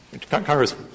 Congress